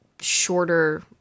shorter